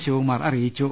ശിവകുമാർ അറിയിച്ചു